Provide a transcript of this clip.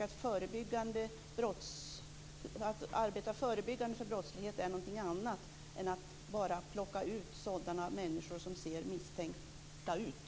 Att arbeta förebyggande mot brottslighet tycker vi är något annat än att bara plocka ut sådana människor som ser misstänkta ut.